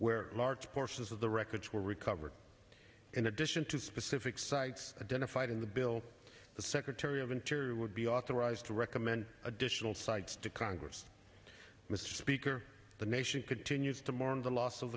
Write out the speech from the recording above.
where large portions of the wreckage were recovered in addition to specific sites identified in the bill the secretary of interior would be authorized to recommend additional sites to congress mr speaker the nation continues to mourn the loss of